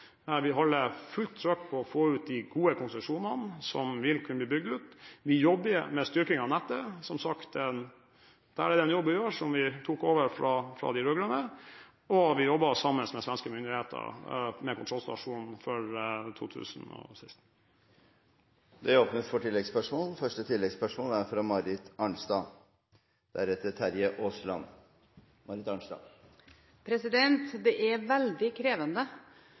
vi holder fullt trykk på å få ut de gode konsesjonene, som vil kunne bli bygd ut, og vi jobber med styrking av nettet. Og som sagt, der er det en jobb å gjøre som vi tok over fra de rød-grønne, og vi jobber sammen med svenske myndigheter om kontrollstasjon fra 2016. Marit Arnstad – til oppfølgingsspørsmål. Det er veldig krevende og veldig risikofylte beslutninger som utbyggerne nå står overfor de neste få årene når det